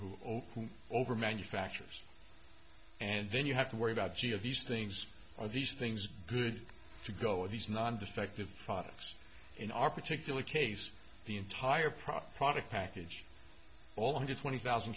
opened over manufacturers and then you have to worry about gee of these things are these things good to go with these non defective products in our particular case the entire product product package all under twenty thousand